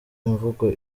imvugo